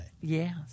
Yes